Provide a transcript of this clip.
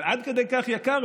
אבל עד כדי כך יקר?